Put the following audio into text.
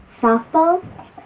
softball